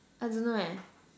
I don't know leh